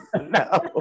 No